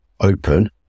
open